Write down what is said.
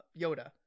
Yoda